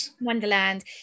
Wonderland